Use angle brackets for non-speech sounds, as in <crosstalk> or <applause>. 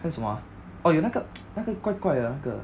还有什么啊 oh 有那个 <noise> 那个怪怪的那个